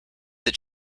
that